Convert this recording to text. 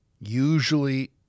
Usually